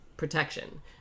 protection